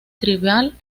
tribal